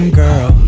girl